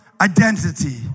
identity